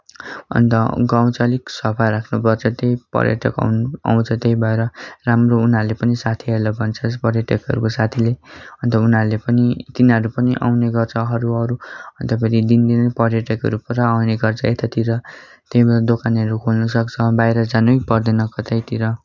अन्त गाउँ चाहिँ अलिक सफा राख्नुपर्छ त्यही पर्यटक आउँछ त्यही भएर राम्रो उनीहरूले पनि साथीहरूलाई भन्छ पर्यटकहरूको साथीले अन्त उनीहरूले पनि तिनीहरू पनि आउने गर्छ अरू अरू अनि फेरि दिनदिनै पर्यटकहरू पुरा आउने गर्छ यतातिर त्यही भएर दोकानहरू खोल्न सक्छ बाहिर जानै पर्दैन कतैतिर